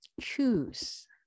choose